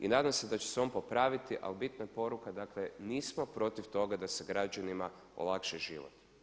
I nadam se da će se on popraviti, ali bitna je poruka dakle nismo protiv toga da se građanima olakša život.